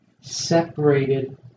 separated